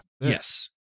Yes